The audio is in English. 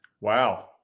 Wow